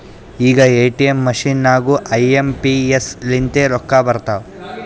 ಈಗ ATM machine ನಾಗೂ I M P S ಲಿಂತೆ ರೊಕ್ಕಾ ಬರ್ತಾವ್